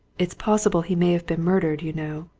it's possible he may have been murdered, you know,